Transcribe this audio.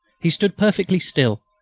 he stood perfectly still,